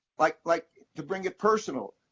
like like, to bring it personal,